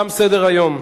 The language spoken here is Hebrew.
תם סדר-היום.